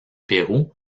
pérou